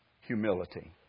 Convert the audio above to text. Humility